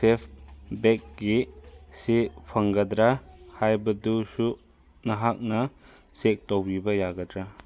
safe ꯕꯦꯛꯀꯤ ꯁꯤ ꯐꯪꯒꯗ꯭ꯔꯥ ꯍꯥꯏꯕꯗꯨꯁꯨ ꯅꯍꯥꯛꯅ ꯆꯦꯛ ꯇꯧꯕꯤꯕ ꯌꯥꯒꯗ꯭ꯔꯥ